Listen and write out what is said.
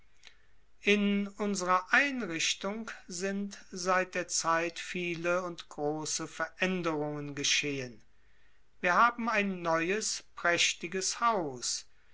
in unsrer einrichtung sind seit der zeit viele und große veränderungen geschehen wir haben ein neues prächtiges haus